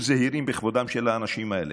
היו זהירים בכבודם של האנשים האלה.